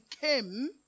came